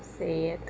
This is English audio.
sad